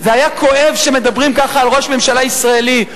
זה היה כואב שמדברים כך על ראש ממשלה ישראלי,